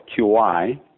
QI